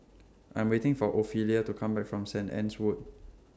I'm waiting For Ophelia to Come Back from Saint Anne's Wood